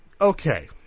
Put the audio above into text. Okay